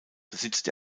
besitzt